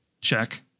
check